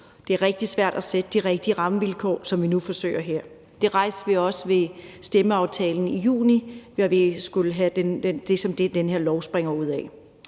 Det er rigtig svært at sætte de rigtige rammevilkår, som vi nu forsøger her. Det rejste vi også ved stemmeaftalen i juni, som er det, den her lov udspringer af.